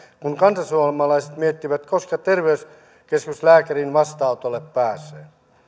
kun kantasuomalaiset miettivät koska terveyskeskuslääkärin vastaanotolle pääsee